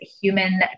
human